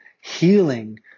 healing